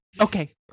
okay